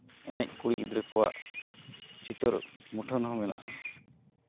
ᱮᱱᱮᱡ ᱠᱩᱲᱤ ᱜᱤᱫᱽᱨᱟᱹ ᱠᱚᱣᱟᱜ ᱪᱤᱛᱟᱹᱨ ᱢᱩᱴᱷᱟᱹᱱ ᱦᱚᱸ ᱢᱮᱱᱟᱜᱼᱟ